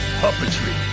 puppetry